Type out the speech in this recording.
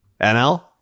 NL